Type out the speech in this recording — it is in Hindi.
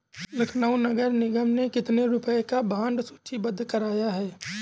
लखनऊ नगर निगम ने कितने रुपए का बॉन्ड सूचीबद्ध कराया है?